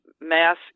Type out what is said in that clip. mass